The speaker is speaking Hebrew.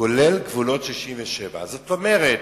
כולל גבולות 67'. זאת אומרת,